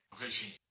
regime